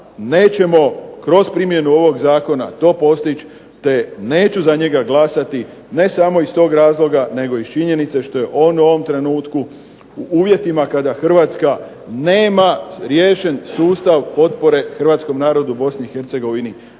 nećemo kroz primjenu ovog zakona to postići, te neću za njega glasati, ne samo iz tog razloga, nego iz činjenice što je on u ovom trenutku u uvjetima kada Hrvatska nema riješen sustav potpore hrvatskom narodu u Bosni